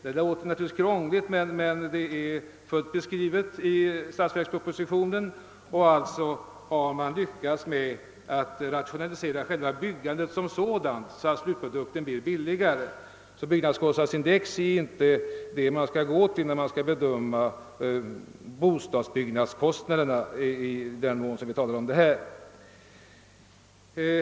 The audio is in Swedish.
Detta låter naturligtvis krångligt men det är beskrivet i statsverkspropositionen och man har alltså lyckats rationalisera själva byggandet som sådant så att slutprodukten blivit billigare. Byggnadskostnadsindex är inte det man skall se på när man skall bedöma bostadsbyggnadskostnaderna, i den mån vi talar om dessa här.